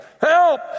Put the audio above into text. help